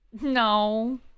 No